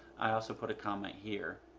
i'll also put a comment here.